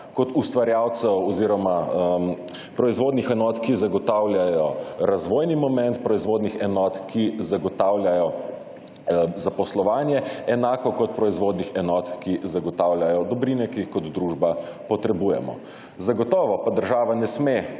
kot ustvarjalcev oziroma proizvodnih enot, ki zagotavljajo razvojni element, proizvodnjah enot, ki zagotavljajo zaposlovanje enako kot proizvodnih enot, ki zagotavljajo dobrine, ki jih kot družba potrebujemo. Zagotovo pa država ne smem